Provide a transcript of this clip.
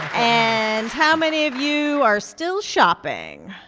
and how many of you are still shopping?